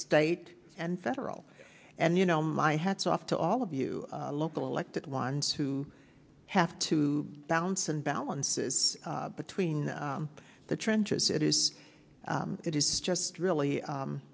state and federal and you know my hat's off to all of you local elected ones who have to balance and balances between the trenches it is it is just really